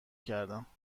کردم